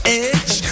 edge